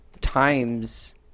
times